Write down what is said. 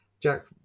Jack